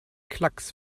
klacks